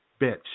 bitch